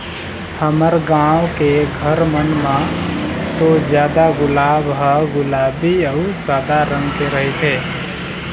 हमर गाँव के घर मन म तो जादा गुलाब ह गुलाबी अउ सादा रंग के रहिथे